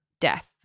death